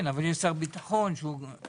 כן, אבל יש שר ביטחון שהוא באוצר.